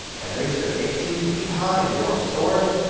and they stood eighteen feet high, and wore swords,